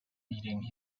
meeting